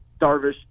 Darvish